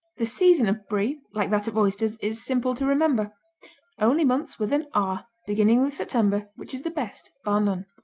the season of brie, like that of oysters, is simple to remember only months with an r, beginning with september, which is the best, bar none.